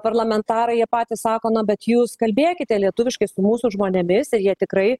parlamentarai jie patys sako na bet jūs kalbėkite lietuviškai su mūsų žmonėmis ir jie tikrai